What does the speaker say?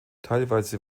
teilweise